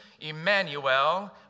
Emmanuel